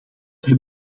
heb